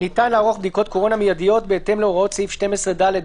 "ניתן לערוך בדיקות קורונה מידיות בהתאם להוראות סעיף 12ד(ב)",